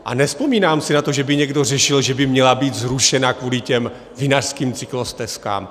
A nevzpomínám si na to, že by někdo řešil, že by měla být zrušena kvůli těm vinařským cyklostezkám.